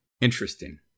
Interesting